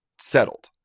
settled